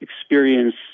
experience